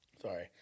sorry